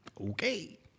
Okay